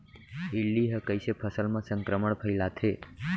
इल्ली ह कइसे फसल म संक्रमण फइलाथे?